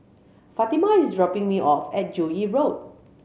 Fatima is dropping me off at Joo Yee Road